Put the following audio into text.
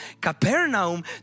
Capernaum